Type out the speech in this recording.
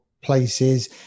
places